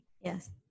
Yes